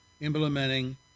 implementing